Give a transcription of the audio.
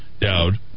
Dowd